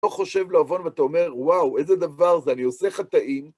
לא חושב לאבון ואתה אומר, וואו, איזה דבר זה, אני עושה חטאים.